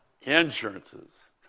Insurances